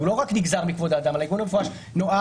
שהוא לא רק נגזר מכבוד האדם אלא העיגון המפורש נועד